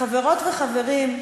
חברות וחברים,